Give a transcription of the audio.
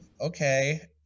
okay